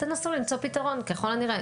תנסו למצוא פיתרון, ככל הנראה.